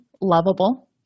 lovable